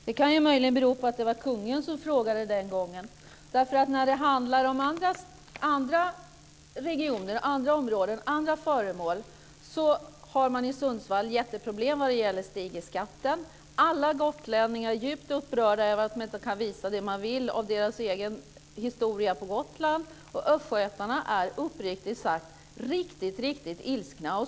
Fru talman! Det kan ju möjligen bero på att det den gången var kungen som frågade. När det handlar om andra regioner och andra föremål har man jätteproblem, som t.ex. med Stigeskatten i Sundsvall. Alla gotlänningar är djupt upprörda över att de inte kan visa upp det som de vill visa från den egna historien, och östgötarna är, uppriktigt sagt, väldigt ilskna.